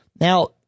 Now